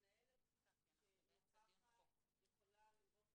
מנהלת שנוכחת יכולה לראות